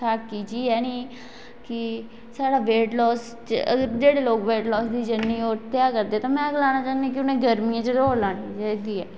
साढ़ा weight loss जेह्डे़ लोग वेट लॉस दी जर्नी तय करदे ते में लाना चाहन्नी आं कि गर्मिऐं च गै दौड लानी चाहिदी